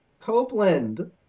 copeland